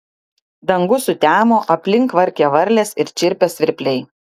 dangus sutemo aplink kvarkė varlės ir čirpė svirpliai